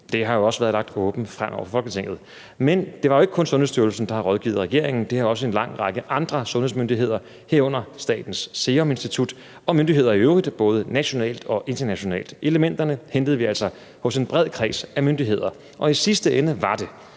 Det har også været lagt åbent frem over for Folketinget. Men det er jo ikke kun Sundhedsstyrelsen, der har rådgivet regeringen, det har også en lang række andre sundhedsmyndigheder gjort, herunder Statens Serum Institut, og myndigheder i øvrigt, både nationalt og internationalt. Elementerne hentede vi altså hos en bred kreds af myndigheder, og i sidste ende var det,